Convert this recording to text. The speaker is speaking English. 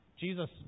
Jesus